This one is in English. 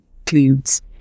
includes